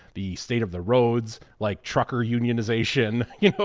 the state of the roads, like, trucker unionization. you know,